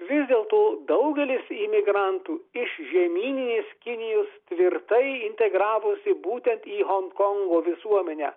vis dėlto daugelis imigrantų iš žemyninės kinijos tvirtai integravosi būtent į honkongo visuomenę